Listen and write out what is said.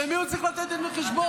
למי הוא צריך לתת דין וחשבון?